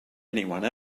anyone